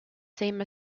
same